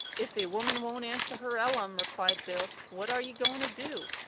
if a woman won't answer her ellum, replied bill, what are ye going to do?